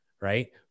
Right